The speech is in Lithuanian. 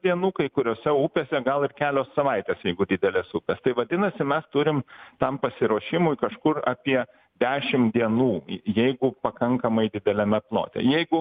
dienų kai kuriose upėse gal ir kelios savaitės jeigu didelės upės tai vadinasi mes turim tam pasiruošimui kažkur apie dešim dienų jeigu pakankamai dideliame plote jeigu